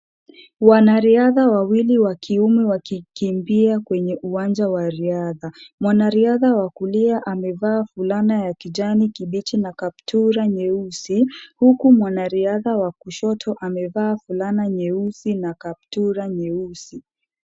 Wanariadha wawili wa kiume wakikimbia kwenye uwanja wa riadha. Mwanariadha wa kulia amevaa fulana ya kijani kibichi na kaptura nyeusi huku mwanariadha wa kushoto amevaa fulana nyeusi na kaptura nyeusi.